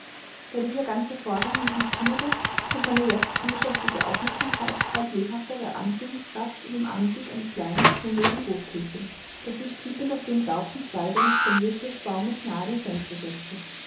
da dieser ganze vorgang mich nicht kümmerte fand meine jetzt unbeschäftigte aufmerksamkeit bald lebhaftere anziehungskraft in dem anblick eines kleinen hungrigen rotkehlchens das sich piepend auf die entlaubten zweige eines spalierkirschenbaumes nahe am fenster setzte